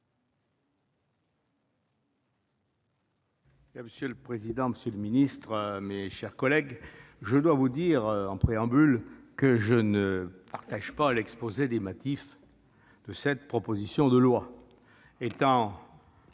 Monsieur le président, monsieur le ministre, mes chers collègues, je dois vous dire en préambule que je ne souscris pas à l'exposé des motifs de cette proposition de loi,